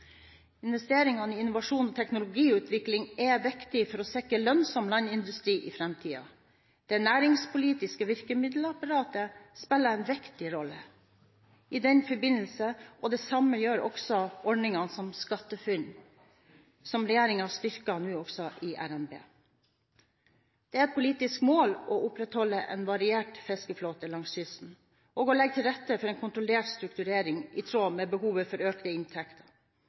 næringspolitiske virkemiddelapparatet spiller en viktig rolle i den forbindelse, og det samme gjør ordninger som SkatteFUNN, som Regjeringen styrker i revidert nasjonalbudsjett. Det er et politisk mål å opprettholde en variert fiskeflåte langs kysten og å legge til rette for en kontrollert strukturering i tråd med behovet for